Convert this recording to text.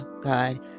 God